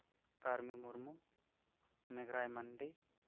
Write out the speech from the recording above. ᱠᱟᱹᱨᱢᱤ ᱢᱩᱨᱢᱩ ᱢᱮᱜᱷᱨᱟᱭ ᱢᱟᱱᱰᱤ